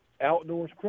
Outdoors